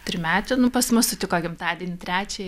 trimetį nu pas mus sutiko gimtadienį trečiąjį